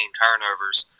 turnovers